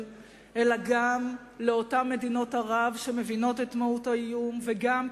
אלא גם לאותן מדינות ערב שמבינות את מהות האיום וגם,